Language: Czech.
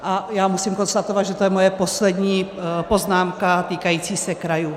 A musím konstatovat, že to je moje poslední poznámka týkající se krajů.